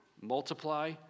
multiply